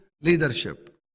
leadership